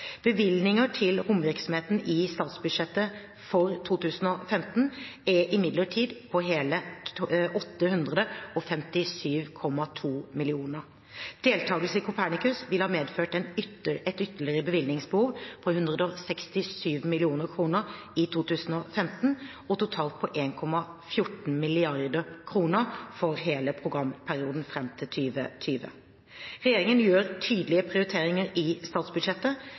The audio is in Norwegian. til romvirksomhet i statsbudsjettet for 2015 er imidlertid på hele 857,2 mill. kr. Deltakelse i Copernicus ville ha medført et ytterligere bevilgningsbehov på 167 mill. kr i 2015 og totalt på 1,14 mrd. kr for hele programperioden fram til 2020. Regjeringen gjør tydelige prioriteringer i statsbudsjettet.